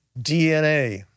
DNA